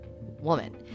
woman